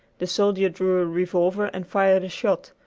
the soldier drew a revolver and fired a shot,